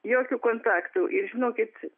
jokių kontaktų ir žinokit